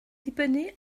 dibynnu